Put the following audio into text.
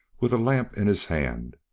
with a lamp in his hand.